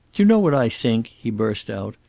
you know what i think? he burst out.